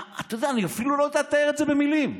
אתה יודע, אני אפילו לא יודע לתאר את זה במילים.